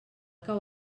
cau